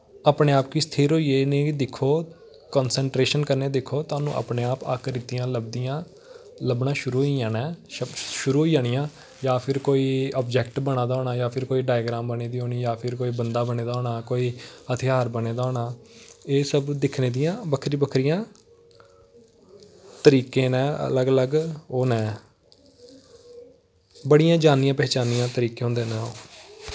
अपने आप गी स्थिर होइये इ'नें गी दिक्खो कंसंट्रेशन कन्नै दिक्खो थाहनूं अपनें आप आकृतियां लभदियां लब्भना शुरू होई जाना ऐ शुरू होई जानियां जां फिर कोई ऑब्जेक्ट बना दा होना जां फिर कोई डायग्राम बनी दी होनी जां फिर कोई बंदा बने दा होना कोई हथ्यार बने दा होना एह् सब दिक्खने दियां बक्खरियां बक्खरियां तरीके न अलग अलग ओह् न बड़ियां जानियां पैह्चानियां तरीके होंदे न